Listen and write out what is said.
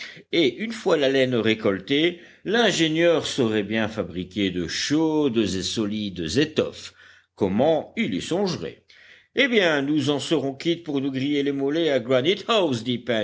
et une fois la laine récoltée l'ingénieur saurait bien fabriquer de chaudes et solides étoffes comment il y songerait eh bien nous en serons quittes pour nous griller les mollets à